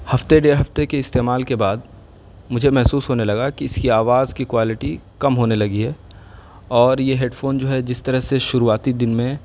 ہفتے ڈیڑھ ہفتے کے استعمال کے بعد مجھے محسوس ہونے لگا کہ اس کی آواز کی کوالٹی کم ہونے لگی ہے اور یہ ہیڈ فون جو ہے جس طرح سے شروعاتی دن میں